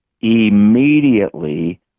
immediately